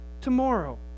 tomorrow